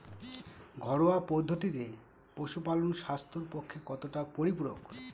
ঘরোয়া পদ্ধতিতে পশুপালন স্বাস্থ্যের পক্ষে কতটা পরিপূরক?